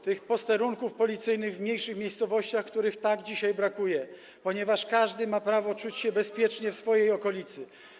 tych posterunków policyjnych w mniejszych miejscowościach, których tak dzisiaj brakuje, ponieważ każdy ma prawo czuć się bezpiecznie w swojej okolicy.